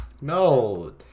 No